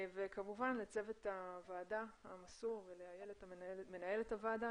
וכמובן לצוות הוועדה המסור, לאיילת מנהלת הוועדה.